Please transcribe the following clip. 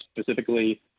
specifically